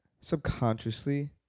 subconsciously